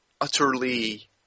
utterly